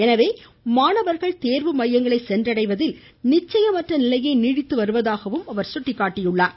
எனவே மாணவர்கள் தேர்வு மையங்களை சென்றடைவதில் நிச்சயமற்ற நிலையே நீடித்து வருவதாகவும் அவர் கூறியிருக்கிறார்